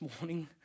morning